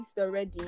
already